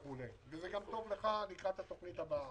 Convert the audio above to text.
וזה גם טוב לך לקראת התוכנית הבאה.